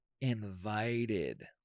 invited